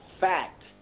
fact